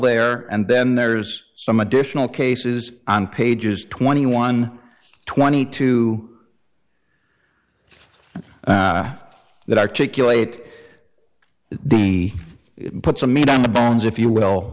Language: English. there and then there's some additional cases on pages twenty one twenty two that articulate the put some meat on the bones if you will